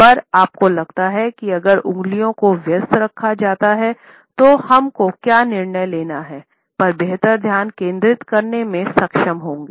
पर आपको लगता है कि अगर उंगलियों को व्यस्त रखा जाता है तो हम को क्या निर्णय लेना है पर बेहतर ध्यान केंद्रित करने में सक्षम होंगे